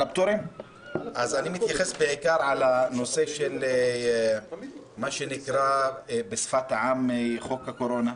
אז אני מתייחס בעיקר לנושא שנקרא בשפת העם "חוק הקורונה".